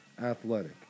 athletic